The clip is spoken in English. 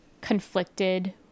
conflicted